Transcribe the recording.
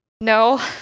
no